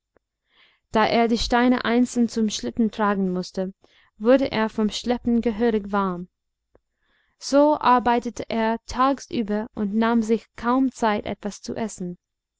da er die steine einzeln zum schlitten tragen mußte wurde ihm vom schleppen gehörig warm so arbeitete er tagsüber und nahm sich kaum zeit etwas zu essen